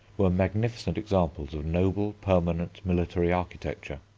were magnificent examples of noble permanent military architecture.